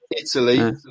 Italy